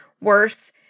worse